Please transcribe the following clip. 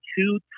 two